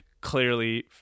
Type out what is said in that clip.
clearly